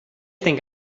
think